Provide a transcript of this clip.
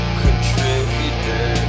contributor